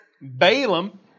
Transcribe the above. Balaam